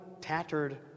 tattered